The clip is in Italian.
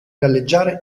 galleggiare